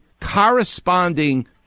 corresponding